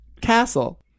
castle